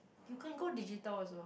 you can go digital also